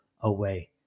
away